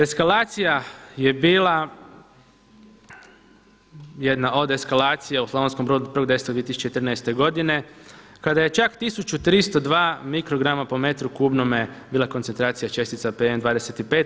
Eskalacija je bila, jedna od eskalacija u Slavonskom Brodu 1.10.2014. godine kada je čak 1302 mikrograma po metru kubnome bila koncentracija čestica PM25.